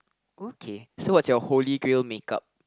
okay so what's your holy grail makeup